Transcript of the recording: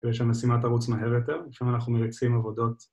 ‫כדי שהמשימה תרוץ מהר יותר, ‫שם אנחנו מריצים עבודות.